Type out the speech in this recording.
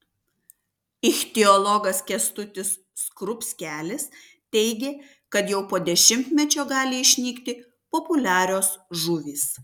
ichtiologas kęstutis skrupskelis teigė kad jau po dešimtmečio gali išnykti populiarios žuvys